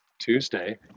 Tuesday